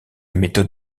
méthode